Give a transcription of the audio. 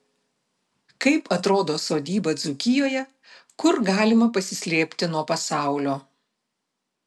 kaip atrodo sodyba dzūkijoje kur galima pasislėpti nuo pasaulio